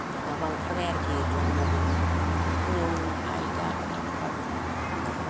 माबा ओंखारबाय आरोखि धर्मबो ओंखारबाय नियम आयदाफ्राबो ओंखारबाय